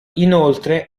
inoltre